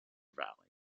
valley